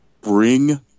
Bring